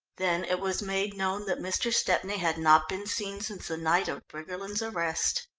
then it was made known that mr. stepney had not been seen since the night of briggerland's arrest.